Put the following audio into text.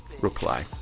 reply